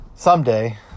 Someday